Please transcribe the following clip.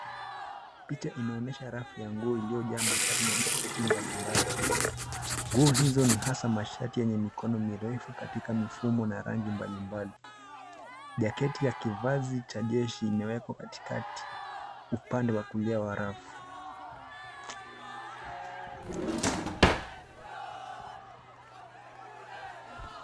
Picha inaonyesha rafu ya nguo iliyojaa mashati na jaketi mbalimbali. Nguo hizo ni hasa mashati yenye mikono mirefu katika mifumo na rangi mbalimbali. Jaketi ya kivazi cha jeshi imewekwa katikati upande wa kulia wa rafu.